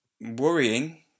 worrying